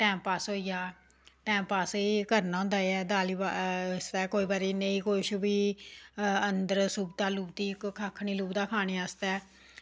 timepass होई जा timepass एह् करना होंदा ऐ कि दाली आस्तै केईं बारी कुछ बी अंदर सुविधा लभदी कक्ख निं लभदा खानै आस्तै